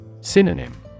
Synonym